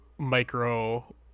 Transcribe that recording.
Micro